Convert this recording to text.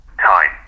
time